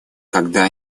когда